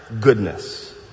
goodness